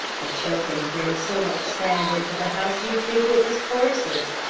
the children bring so much sand into the house. you'd think it was horses.